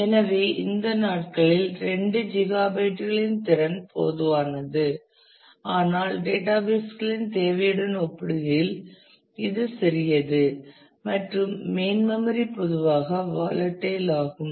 எனவே இந்த நாட்களில் இரண்டு ஜிகாபைட்டுகளின் திறன் பொதுவானது ஆனால் டேட்டாபேஸ் களின் தேவைடன் ஒப்பிடுகையில் இது சிறியது மற்றும் மெயின் மெம்மரி பொதுவாக வாலடைல் ஆகும்